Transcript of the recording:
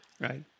Right